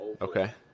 Okay